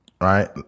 right